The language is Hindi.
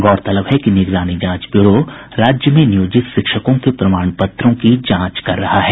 गौरतलब है कि निगरानी जांच ब्यूरो राज्य में नियोजित शिक्षकों के प्रमाण पत्रों की जांच कर रहा है